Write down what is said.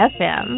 FM